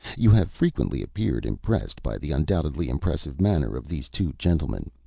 you have frequently appeared impressed by the undoubtedly impressive manner of these two gentlemen.